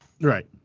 Right